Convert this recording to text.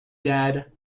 dad